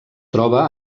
troba